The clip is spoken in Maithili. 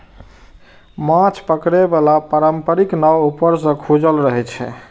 माछ पकड़े बला पारंपरिक नाव ऊपर सं खुजल रहै छै